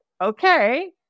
okay